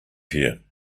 here